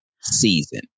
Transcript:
season